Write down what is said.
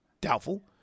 Doubtful